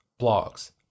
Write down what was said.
blogs